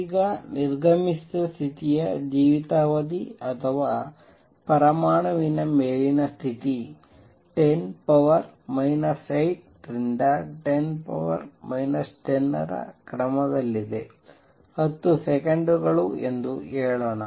ಈಗ ನಿರ್ಗಮಿಸಿದ ಸ್ಥಿತಿಯ ಜೀವಿತಾವಧಿ ಅಥವಾ ಪರಮಾಣುವಿನ ಮೇಲಿನ ಸ್ಥಿತಿ 10 8 ರಿಂದ 10 10 ರ ಕ್ರಮದಲ್ಲಿದೆ 10 ಸೆಕೆಂಡುಗಳು ಎಂದು ಹೇಳೋಣ